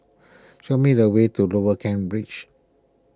show me the way to Lower Kent Ridge